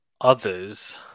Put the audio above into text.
others